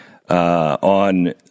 On